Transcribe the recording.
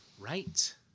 right